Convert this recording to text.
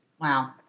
Wow